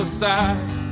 side